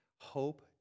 hope